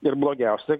ir blogiausia